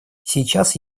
сейчас